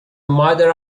mother